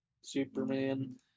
superman